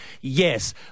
Yes